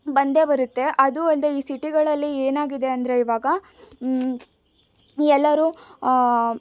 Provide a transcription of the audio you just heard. ಬಂದೇ ಬರುತ್ತೆ ಅದು ಅಲ್ಲದೇ ಈ ಸಿಟಿಗಳಲ್ಲಿ ಏನಾಗಿದೆ ಅಂದರೆ ಈವಾಗ ಎಲ್ಲರೂ